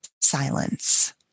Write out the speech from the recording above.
silence